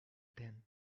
ten